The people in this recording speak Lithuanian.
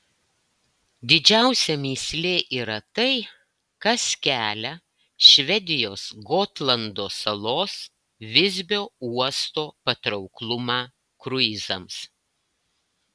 didžiausia mįslė yra tai kas kelia švedijos gotlando salos visbio uosto patrauklumą kruizams